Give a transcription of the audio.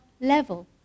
level